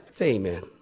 amen